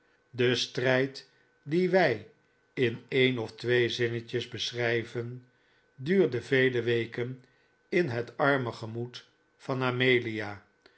de strijd dien wij in een of twee zinnetjes beschrijven duurde vele weken in het arme gemoed van amelia